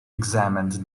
examined